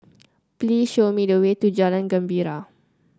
please show me the way to Jalan Gembira